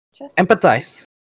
Empathize